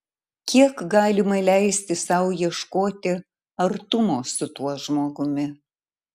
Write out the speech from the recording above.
kiek galima leisti sau ieškoti artumo su tuo žmogumi